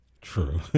true